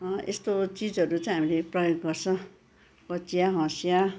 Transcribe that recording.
यस्तो चिजहरू चैँ हामीले प्रयोग गर्छ कँचिया हँसियाँ